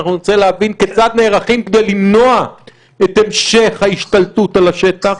נרצה להבין כיצד נערכים כדי למנוע את המשך ההשתלטות על השטח.